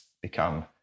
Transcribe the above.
become